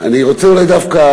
אני רוצה דווקא